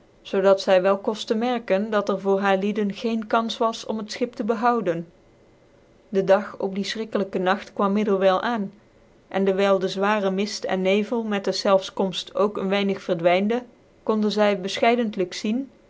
zoo dat z y wel koftcn merken dat er voor haarlieden geen kans was om het schip tc behouden de dag op dien chrikkelyke nagt kwam mujcrwyl aan en dewyl de zwairc mift en nevel met deszelfs komfl ook een weinig verdweinde konden zy bel'chcidcntlyk zien